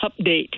update